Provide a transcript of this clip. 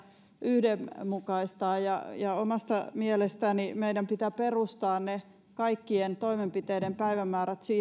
yhdenmukaistaa ja ja omasta mielestäni meidän pitää perustaa kaikkien toimenpiteiden päivämäärät